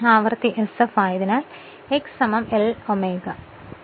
ആവൃത്തി sf ആയതിനാൽ x L ω എന്ന് കരുതുക